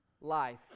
life